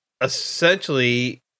essentially